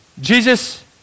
Jesus